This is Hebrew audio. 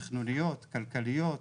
תכנוניות, כלכליות,